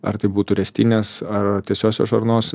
ar tai būtų riestinės ar tiesiosios žarnos